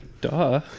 duh